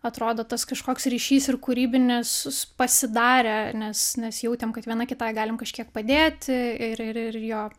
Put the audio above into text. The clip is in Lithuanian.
atrodo tas kažkoks ryšys ir kūrybinis s pasidarė nes nes jautėm kad viena kitai galim kažkiek padėti ir ir ir jo